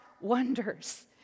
wonders